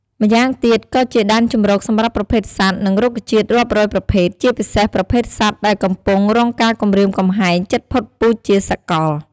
ម្យ៉ាងទៀតក៏ជាដែនជម្រកសម្រាប់ប្រភេទសត្វ និងរុក្ខជាតិរាប់រយប្រភេទជាពិសេសប្រភេទសត្វដែលកំពុងរងការគំរាមកំហែងជិតផុតពូជជាសកល។